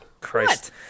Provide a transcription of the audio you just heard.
Christ